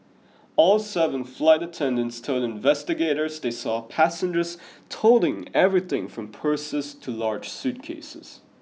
all seven flight attendants told investigators they saw passengers toting everything from purses to large suitcases